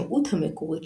מנהג המדינה